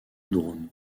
drone